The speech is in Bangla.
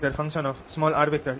r r